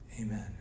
amen